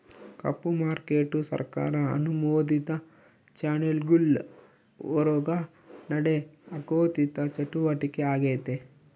ಕಪ್ಪು market ಸರ್ಕಾರ ಅನುಮೋದಿತ ಚಾನೆಲ್ಗುಳ್ ಹೊರುಗ ನಡೇ ಆಋಥಿಕ ಚಟುವಟಿಕೆ ಆಗೆತೆ